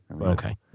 Okay